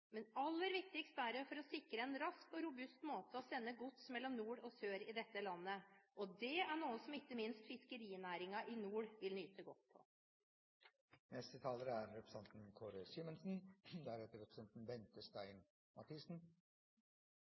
men aller viktigst er det for å sikre en rask og robust måte å sende gods på mellom nord og sør i dette landet. Det er noe som ikke minst fiskerinæringen i nord vil nyte godt av. Når man følger debatten her i dag, er